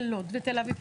לוד ותל אביב.